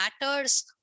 matters